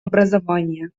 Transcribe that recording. образования